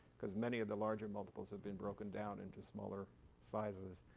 because many of the larger multiples have been broken down into smaller sizes.